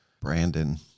Brandon